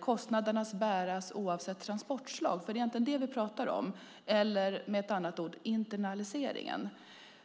kostnaderna kan bäras oavsett transportslag, eller med ett annat ord internaliseringen. Det är egentligen det vi pratar om.